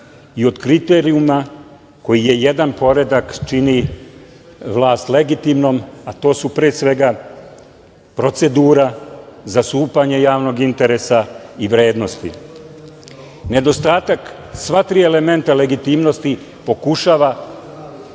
i od kriterijuma koji je jedan poredak, čini vlast legitimnom, a to su pre svega procedura, zastupanje javnog interesa i vrednosti. Nedostatak sva tri elementa legitimnosti ova